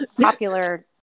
popular